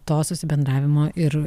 to susibendravimo ir